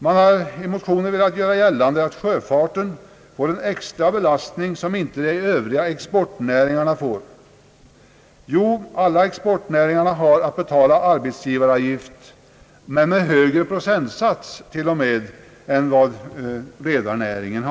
Man har i motionerna velat göra gällande att sjöfarten får en extra belastning som de övriga exportnäringarna inte får. Jo, alla exportnäringar har att betala arbetsgivaravgift, med högre procentsats t.o.m. än sjöfartsnäringen.